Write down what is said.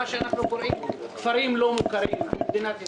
מה שאנחנו קוראים לו "כפרים לא מוכרים" במדינת ישראל.